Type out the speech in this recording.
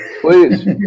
please